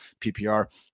PPR